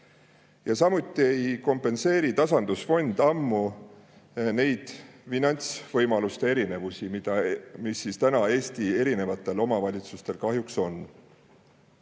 Samuti ei kompenseeri tasandusfond ammu neid finantsvõimaluste erinevusi, mis täna Eesti erinevatel omavalitsustel kahjuks on.